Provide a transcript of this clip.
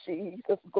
Jesus